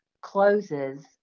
closes